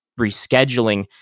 rescheduling